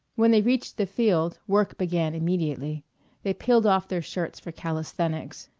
when they reached the field, work began immediately they peeled off their shirts for calisthenics.